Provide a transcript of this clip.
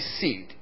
seed